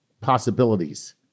possibilities